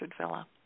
Villa